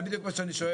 זה בדיוק מה שאני שואל.